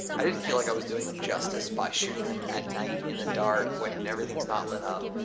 i didn't feel like i was doing them justice by shooting them at night, in the dark, when everything's not lit up,